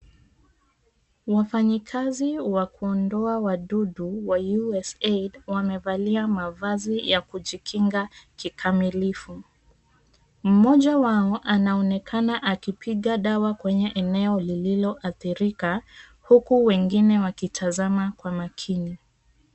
Wafanyikazi wa kuondoa wadudu wa USAID wamevalia mavazi ya kujikinga kikamilifu. Mmoja wao anaonekana akipiga dawa kwenye eneo lilioathirika, huku wengine wakitazama kwa makini.